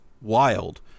wild